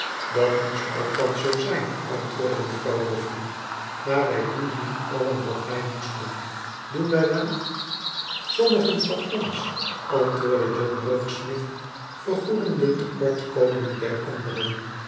dat moest althans zoo zijn antwoordde mevrouw boffin maar wij doen niet allen wat wij moesten doen wij wel sommigen van ons antwoordde john rokesmith vergoeden de tekortkomingen der anderen